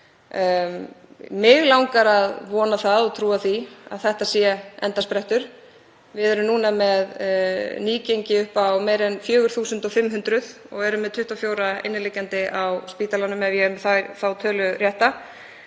Mig langar að vona það og trúa því að þetta sé endasprettur. Við erum núna með nýgengi upp á meira en 4.500 og erum með 24 inniliggjandi á spítalanum, ef ég er með þá tölu rétta.